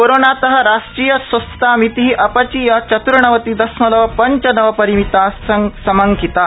कोरोनात राष्ट्रिया स्वस्थता मिति अ चीय चत्र्णवति दशमलव ंच नव रिमिता समंकिता